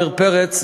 עמיר פרץ,